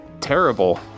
terrible